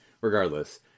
regardless